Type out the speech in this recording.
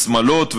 בשמלות,